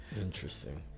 interesting